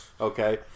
okay